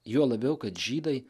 juo labiau kad žydai